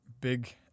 big